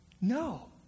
No